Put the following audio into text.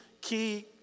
key